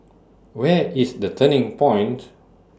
Where IS The Turning Point